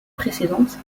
précédente